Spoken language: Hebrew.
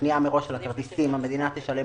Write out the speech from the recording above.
קנייה מראש של הכרטיסים המדינה תשלם